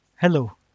Hello